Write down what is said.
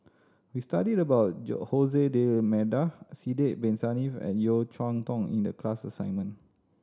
we studied about D'Almeida Sidek Bin Saniff and Yeo Cheow Tong in the class assignment